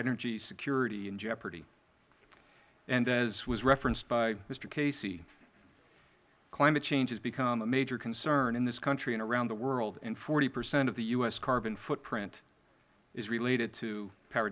energy security in jeopardy and as was referenced by mister casey climate change has become a major concern in this country and around the world and forty percent of the u s carbon footprint is related to power